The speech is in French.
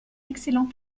excellent